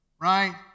right